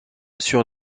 sur